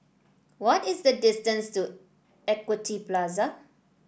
what is the distance to Equity Plaza